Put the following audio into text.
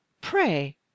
Pray